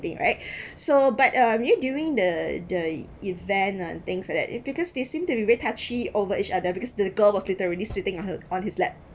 anything right so but uh you knew during the the event um things like that because they seem to be very touchy over each other because the girl was literally sitting on her on his lap